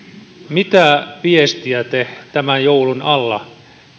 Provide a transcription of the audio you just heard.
mitä viestiä te tämän joulun alla